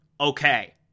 okay